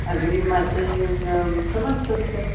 अग्रिममासे समाप्तं स्यात्